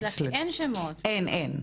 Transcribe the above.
בגלל שאין שמות אין.